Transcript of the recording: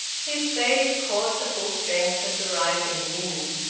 his face caught the full strength of the rising wind.